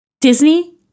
Disney